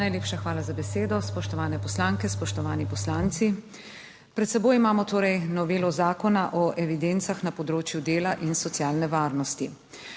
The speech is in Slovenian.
Najlepša hvala za besedo. Spoštovane poslanke, spoštovani poslanci. Pred seboj imamo torej novelo Zakona o evidencah na področju dela in socialne varnosti.